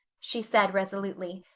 she said resolutely.